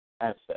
asset